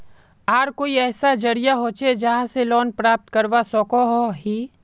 आर कोई ऐसा जरिया होचे जहा से लोन प्राप्त करवा सकोहो ही?